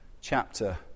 chapter